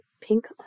pink